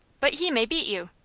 but he may beat you!